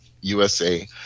USA